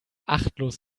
achtlos